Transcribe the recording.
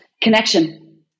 Connection